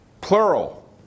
plural